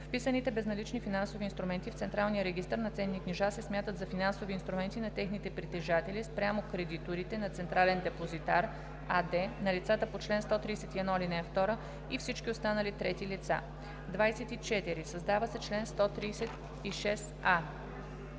Вписаните безналични финансови инструменти в централния регистър на ценни книжа се смятат за финансови инструменти на техните притежатели спрямо кредиторите на „Централен депозитар“ АД, на лицата по чл. 131, ал. 2 и всички останали трети лица.“ 24. Създава се чл. 136а: